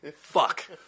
fuck